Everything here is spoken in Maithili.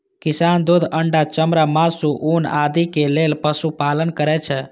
किसान दूध, अंडा, चमड़ा, मासु, ऊन आदिक लेल पशुपालन करै छै